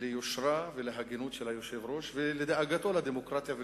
ליושרה ולהגינות של היושב-ראש ולדאגתו לדמוקרטיה ולבית-המחוקקים.